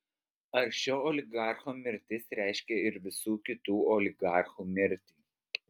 ar šio oligarcho mirtis reiškia ir visų kitų oligarchų mirtį